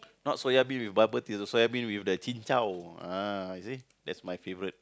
not soya bean with bubble tea soya bean with the chin-chow ah you see that's my favourite